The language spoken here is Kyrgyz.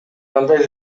кандай